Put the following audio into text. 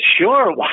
Sure